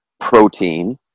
protein